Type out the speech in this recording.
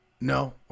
No